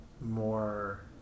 more